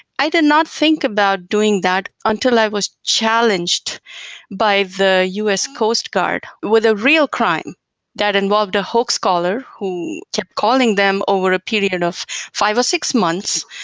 i did not think about that until i was challenged by the us coast guard with a real crime that involved a hoax caller who keep calling them over a period of five or six months.